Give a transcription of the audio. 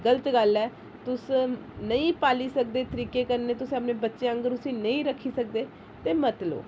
गलत गल्ल ऐ तुस नेईं पाली सकदे तरीके कन्नै तुस अपने बच्चें आंह्गर उसी नेईं रक्खी सकदे ते मत लो